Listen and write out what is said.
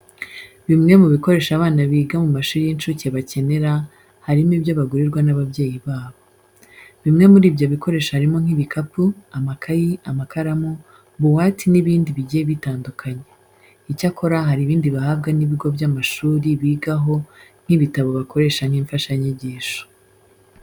Bimwe mu bikoresho abana biga mu mashuri y'inshuke bakenera harimo ibyo bagurirwa n'ababyeyi babo. Bimwe muri ibyo bikoresho harimo nk'ibikapu, amakayi, amakaramu, buwate n'ibindi bigiye bitandukanye. Icyakora hari ibindi bahabwa n'ibigo by'amashuri bigaho nk'ibitabo bakoresha nk'imfashanyigisho.